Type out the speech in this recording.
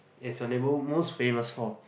is your neighbourhood most famous for